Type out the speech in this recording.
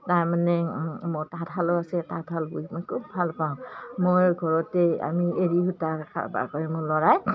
তাৰমানে মোৰ তাঁতশালো আছে তাঁতশাল বৈ মই খুব ভালপাওঁ মই ঘৰতেই আমি এৰি সূতা কাৰবাৰ কৰি মোৰ ল'ৰাই